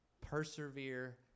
persevere